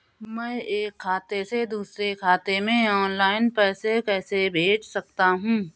मैं एक खाते से दूसरे खाते में ऑनलाइन पैसे कैसे भेज सकता हूँ?